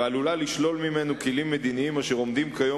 ועלולה לשלול ממנו כלים מדיניים אשר עומדים כיום